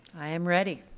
i am ready.